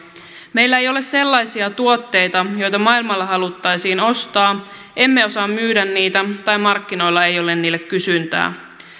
meillä ei ole sellaisia tuotteita joita maailmalla haluttaisiin ostaa emme osaa myydä niitä tai markkinoilla ei ole niille kysyntää